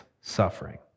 suffering